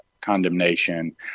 condemnation